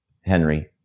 Henry